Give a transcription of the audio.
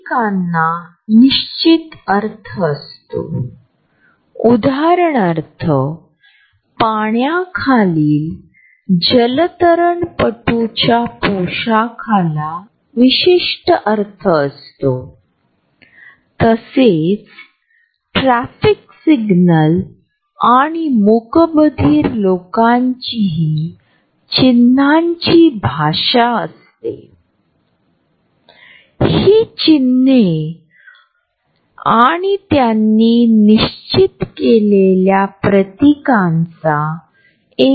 proxemics स्थानिक संबंधांचे वर्णन देखील करतात ज्यामध्ये विविध संस्कृतीतील व्यक्तींमध्ये किंवा दिलेल्या संस्कृतीत विविध प्रकारचे सामाजिक प्रसंग असतात